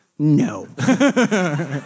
No